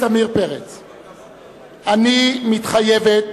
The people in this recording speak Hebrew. אני מתחייבת